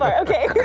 ok